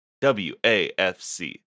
W-A-F-C